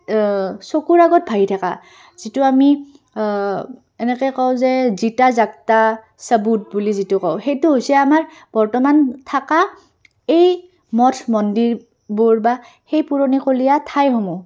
চকুৰ আগত ভাহি থকা যিটো আমি এনেকৈ কওঁ যে জিতা যাক্ৰা চাবুট বুলি যিটো কওঁ সেইটো হৈছে আমাৰ বৰ্তমান থকা এই মঠ মন্দিৰবোৰ বা সেই পুৰণিকলীয়া ঠাইসমূহ